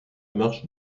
marche